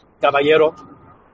caballero